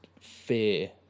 fear